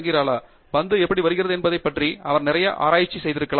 டங்கிராலா பந்து எப்படி வருகிறது என்பதைப் பற்றி அவர் நிறைய ஆராய்ச்சி செய்திருக்கலாம்